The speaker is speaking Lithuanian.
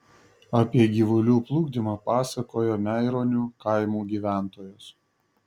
apie gyvulių plukdymą pasakoja meironių kaimo gyventojos